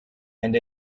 and